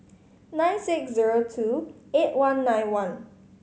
nine six zero two eight one nine one